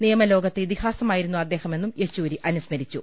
നിയമലോകത്തെ ഇതി ഹാസമായിരുന്നു അദ്ദേഹമെന്നും യെച്ചൂരി അനുസ്മരിച്ചു